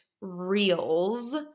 reels